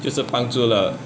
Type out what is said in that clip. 就是帮助了